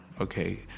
okay